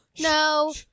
No